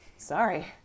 sorry